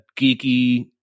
geeky